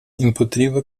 împotriva